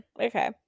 Okay